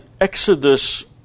Exodus